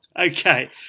Okay